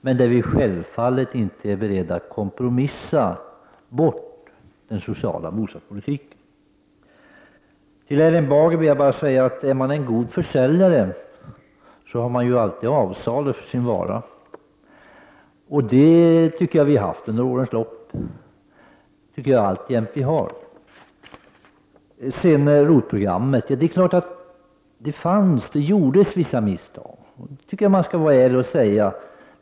Men vi är självfallet inte beredda att kompromissa bort den sociala bostadspolitiken. Till Erling Bager vill jag säga att om man är en bra försäljare har man ju alltid avsalu för sin vara. Det tycker jag att vi har haft under årens lopp, och det tycker jag att vi alltjämt har. Beträffande ROT-programmet vill jag säga följande. Det är klart att det gjordes vissa misstag. Det tycker jag att man skall vara ärlig och säga.